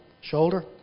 shoulder